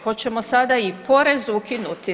Hoćemo sada i porez ukinuti?